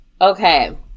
Okay